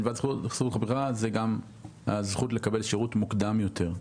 מלבד זכות הבחירה זה גם הזכות לקבל שירות מוקדם יותר.